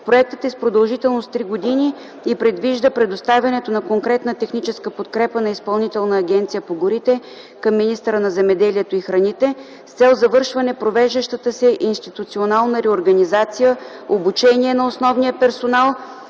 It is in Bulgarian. Проектът е с продължителност три години и предвижда предоставянето на конкретна техническа подкрепа на Изпълнителна агенция по горите към министъра на земеделието и храните с цел завършване провеждащата се институционална реорганизация, обучение на основния персонал